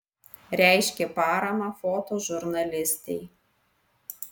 reiškė paramą fotožurnalistei